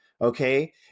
Okay